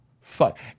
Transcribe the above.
Fuck